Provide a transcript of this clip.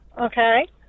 okay